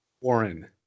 warren